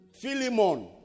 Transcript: Philemon